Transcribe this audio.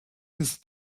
his